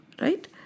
right